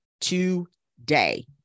today